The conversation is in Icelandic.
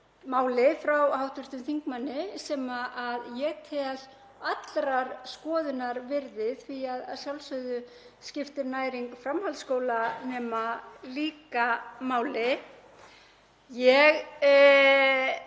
máli frá hv. þingmanni sem ég tel allrar skoðunar virði því að sjálfsögðu skiptir næring framhaldsskólanema líka máli. Ég